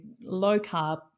low-carb